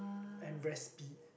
and raspy